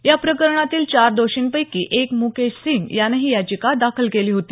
या प्रकरणातील चार दोषींपैकी एक मुकेश सिंग यानं ही याचिका दाखल केली होती